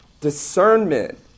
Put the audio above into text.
Discernment